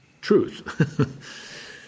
truth